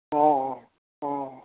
অ' অ' অ'